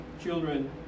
children